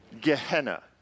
Gehenna